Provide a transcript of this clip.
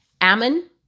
Ammon